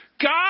God